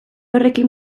horrekin